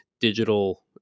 digital